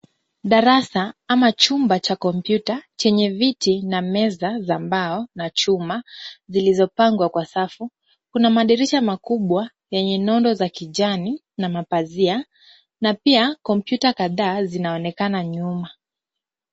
Darasa ama chumba cha kompyuta chenye viti na meza za mbao na chuma zilizopangwa kwa safu. Kuna madirisha makubwa yenye nondo za kijani na mapazia, na pia kompyuta kadhaa zinaonekana nyuma.